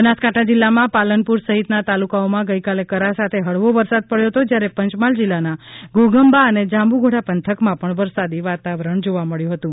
બનાસકાંઠા જિલ્લામાં પાલનપુર સહિતના તાલુકાઓમાં ગઇકાલે કરા સાથે હળવો વરસાદ પડ્યો હતો જ્યારે પંચમહાલ જિલ્લાના ઘોઘંબા અને જાંબુઘોડા પંથકમાં પણ વરસાદી વાતાવરણ જોવા મબ્યું હતું